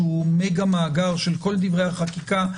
שהוא מגה מאגר של כל דברי החקיקה,